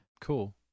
Cool